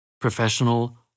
Professional